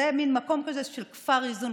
זה מין מקום כזה של כפר איזון,